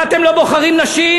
למה אתם לא בוחרים נשים?